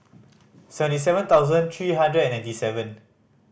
seventy seven thousand three hundred and ninety seven